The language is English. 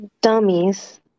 dummies